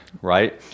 Right